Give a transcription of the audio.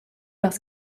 parce